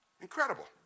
Incredible